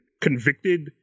convicted